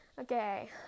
okay